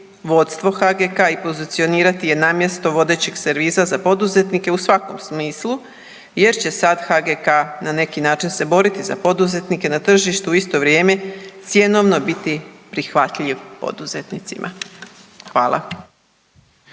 vodstvo HGK i pozicionirati je na mjesto vodećeg servisa za poduzetnike u svakom smislu jer će sad HGK na neki način se boriti za poduzetnike na tržištu u isto vrijeme cjenovno biti prihvatljiv poduzetnicima. Hvala.